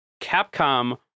capcom